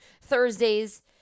Thursdays